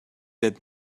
that